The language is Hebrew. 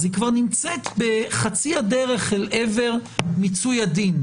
היא כבר נמצאת בחצי הדרך אל עבר מיצוי הדין.